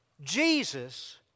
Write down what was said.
Jesus